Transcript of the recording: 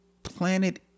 Planet